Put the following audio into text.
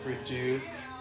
Reduce